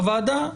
הוועדה,